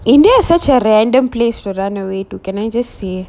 india is such a random place to run away to can I just say